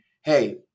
hey